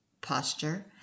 posture